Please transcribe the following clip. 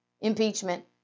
impeachment